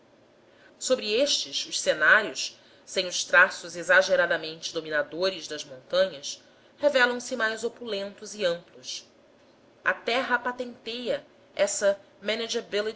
sobre estes os cenários sem os traços exageradamente dominadores das montanhas revelam se mais opulentos e amplos a terra patenteia essa